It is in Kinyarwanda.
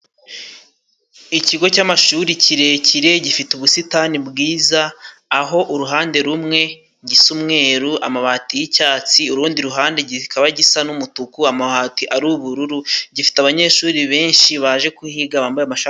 Ikigo cy'amashuri kirekire gifite ubusitani bwiza, aho uruhande rumwe gisa umweru, amabati y'icyatsi, urundi ruhande kikaba gisa n'umutuku, amabati ari ubururu, gifite abanyeshuri benshi baje kuhiga bambaye amashati.